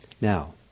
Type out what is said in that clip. Now